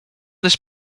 this